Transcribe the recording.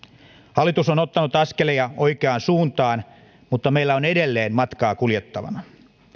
hallitus on ottanut askelia oikeaan suuntaan mutta meillä on edelleen matkaa kuljettavana